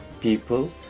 people